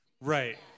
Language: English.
Right